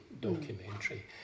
documentary